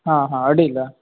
ಹಾಂ ಹಾಂ ಅಡ್ಡಿಲ್ಲ